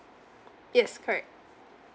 yes correct